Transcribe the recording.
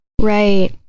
right